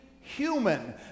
human